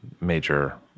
major